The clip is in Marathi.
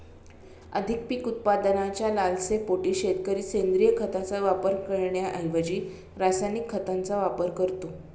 अधिक पीक उत्पादनाच्या लालसेपोटी शेतकरी सेंद्रिय खताचा वापर करण्याऐवजी रासायनिक खतांचा वापर करतो